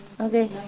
Okay